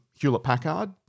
Hewlett-Packard